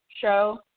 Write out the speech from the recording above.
show